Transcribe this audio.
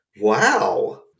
Wow